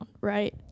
Right